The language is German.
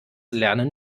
lernen